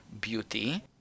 beauty